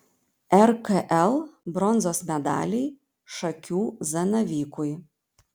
rkl bronzos medaliai šakių zanavykui